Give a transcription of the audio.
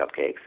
cupcakes